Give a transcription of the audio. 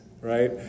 right